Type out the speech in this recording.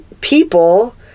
people